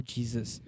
Jesus